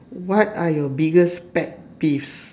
what are your biggest pet peeves